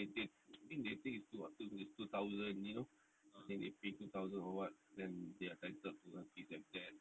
they they I mean they think is two thousand you know they pay two thousand or what then they are entitled to this and that